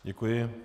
Děkuji.